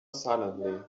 silently